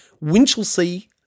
Winchelsea